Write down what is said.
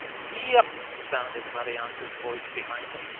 gee up sounded maryanka's voice behind them,